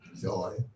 joy